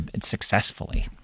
successfully